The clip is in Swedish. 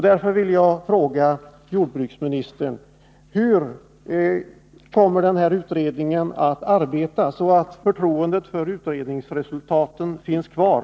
Därför vill jag fråga jordbruksministern: Hur kommer den här utredningen att arbeta? Hur kommer den att gå till väga för att förtroendet för utredningsresultatet skall finnas kvar?